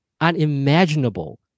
unimaginable